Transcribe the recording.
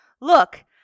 Look